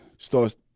starts